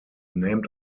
named